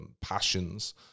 passions